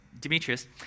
demetrius